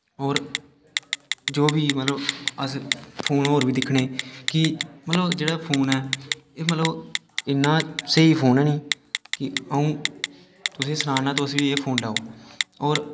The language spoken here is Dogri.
होर जां बी मतलब अस फोन होर बी दिक्खने कि मतलब जेह्ड़ा फोन ऐ एह् मतलब इन्ना स्हेई फोन ऐ नि कि आ'ऊं तुसेंगी सनाना कि तुस बी एह् फोन लैओ